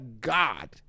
god